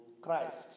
Christ